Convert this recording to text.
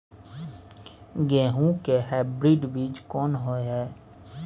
गेहूं के हाइब्रिड बीज कोन होय है?